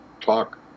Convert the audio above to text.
talk